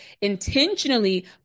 intentionally